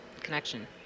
Connection